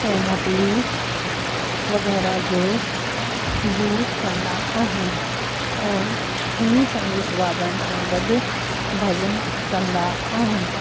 ऐं ढपली वग़ैरह जो यूज़ कंदा आहिनि ऐं हिन संगीत वादन सां गॾु भॼन कंदा आहिनि